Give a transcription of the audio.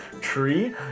tree